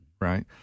Right